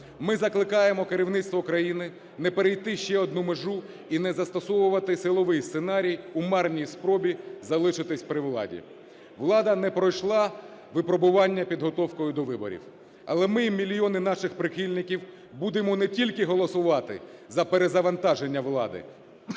Ми закликаємо керівництво країни не перейти ще одну межу і не застосовувати силовий сценарій у марній спробі залишитись при владі. Влада не пройшла випробування підготовкою до виборів, але ми і мільйони наших прихильників будемо не тільки голосувати за перезавантаження влади,